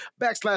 backslash